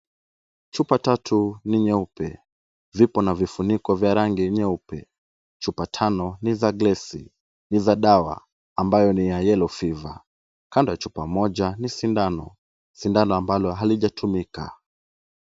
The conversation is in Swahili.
Chupa tatu ni nyeupe. Vipo na vifuniko vya rangi nyeupe. Chupa tano ni za glesi , ni za dawa ambayo ni ya yellow fever . Kando ya chupa moja ni sindano, sindano ambalo halijatumika.